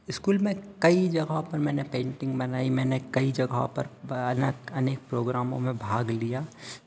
school में कई जगहों पर मैंने पेंटिंग बनाई मैंने कई जगहों पर अनेक अनेक प्रोग्रामों में भाग लिया